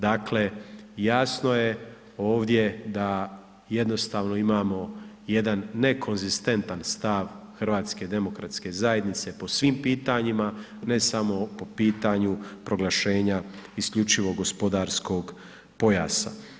Dakle, jasno je ovdje da jednostavno imamo jedan nekonzistentan stav HDZ-a po svim pitanjima, ne samo po pitanju proglašenja isključivog gospodarskog pojasa.